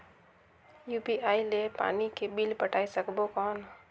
UPI ले पानी के बिल पटाय सकबो कौन?